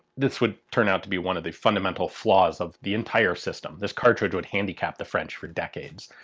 this would turn out to be one of the fundamental flaws of the entire system. this cartridge would handicap the french for decades,